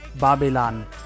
Babylon